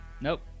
nope